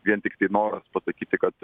vien tiktai noras pasakyti kad